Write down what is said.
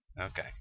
Okay